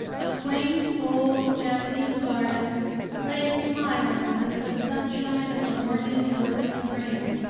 a quaint old japanese garden lay smiling under the sunshine of a morning in early spring.